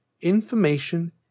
Information